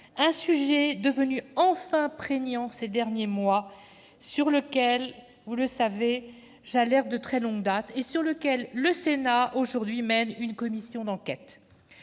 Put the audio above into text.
Un sujet devenu enfin prégnant ces derniers mois et sur lequel, vous le savez, j'alerte de très longue date ; le Sénat a également ouvert une commission d'enquête